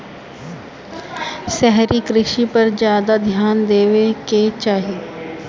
शहरी कृषि पर ज्यादा ध्यान देवे के चाही